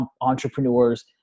entrepreneurs